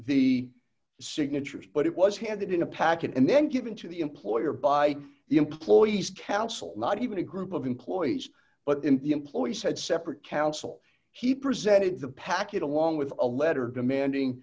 the signatures but it was handed in a packet and then given to the employer by the employees council not even a group of employees but the employees had separate counsel he presented the package along with a letter demanding